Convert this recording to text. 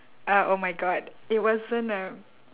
ah oh my god it wasn't a